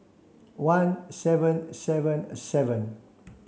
one seven seven seven